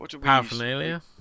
paraphernalia